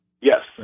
Yes